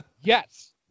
Yes